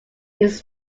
his